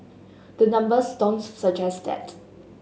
the numbers don't suggest that